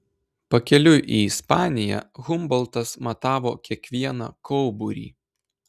pakeliui į ispaniją humboltas matavo kiekvieną kauburį